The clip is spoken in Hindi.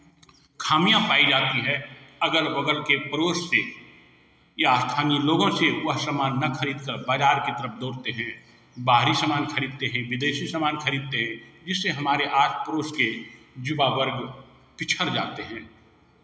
खामियाँ पाई जाती हैं अगल बगल के पड़ोस से या स्थानीय लोगों से वह सामान ना खरीद कर बाज़ार की तरफ दौड़ते हैं बाहरी सामान खरीदते हैं विदेशी सामान खरीदते हैं जिससे हमारे आस पड़ोस के युवा वर्ग पिछड़ जाते हैं